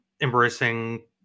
embracing